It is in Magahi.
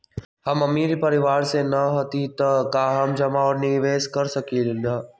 हम अमीर परिवार से न हती त का हम जमा और निवेस कर सकली ह?